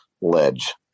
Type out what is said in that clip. ledge